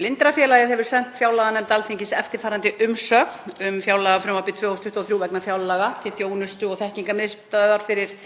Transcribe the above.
Blindrafélagið hefur sent fjárlaganefnd Alþingis eftirfarandi umsögn um fjárlagafrumvarpið 2023 vegna fjárlaga til Þjónustu- og þekkingarmiðstöðvar fyrir